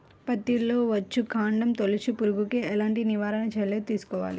పత్తిలో వచ్చుకాండం తొలుచు పురుగుకి ఎలాంటి నివారణ చర్యలు తీసుకోవాలి?